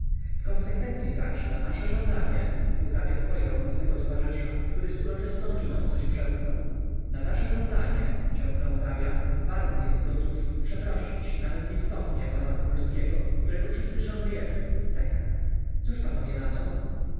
w konsekwencyi zaś na nasze żądanie tu hrabia spojrzał na swego towarzysza który z uroczystą miną coś przełknął na nasze żądanie ciągnął hrabia baron jest gotów przeprosić nawet listownie pana wokulskiego którego wszyscy szanujemy tek cóż panowie na to